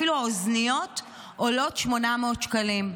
אפילו האוזניות עולות 800 שקלים.